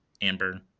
Amber